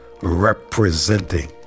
representing